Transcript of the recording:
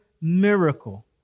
miracle